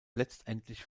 letztendlich